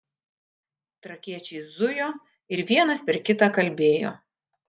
trakiečiai zujo ir vienas per kitą kalbėjo